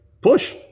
push